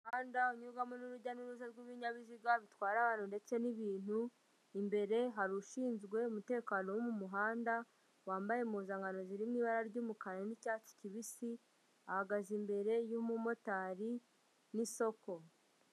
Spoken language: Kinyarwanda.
Umuhanda unyurwamo n'urujya n'uruza rw'ibinyabiziga bitwara abantu ndetse n'ibintu, imbere hari ushinzwe umutekano wo mu muhanda wambaye impuzankano ziri mu ibara ry'umukara n'icyatsi kibisi, ahagaze imbere y'umumotari n'isoko.